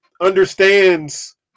understands